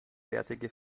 fertige